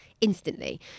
instantly